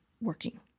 working